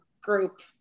group